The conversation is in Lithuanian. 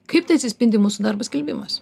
kaip tai atsispindi mūsų darbo skelbimuose